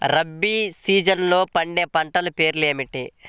రబీ సీజన్లో పండే పంటల పేర్లు ఏమిటి?